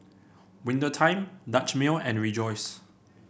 Winter Time Dutch Mill and Rejoice